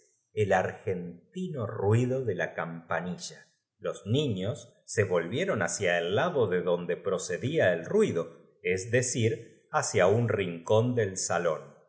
el argentino ruido de la campanilla los niños se volvieron hacia el lado de donde procedía el ruido es decir hacia un rinl tl c ln del salan